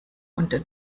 und